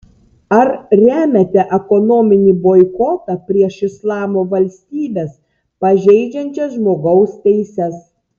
ar remiate ekonominį boikotą prieš islamo valstybes pažeidžiančias žmogaus teises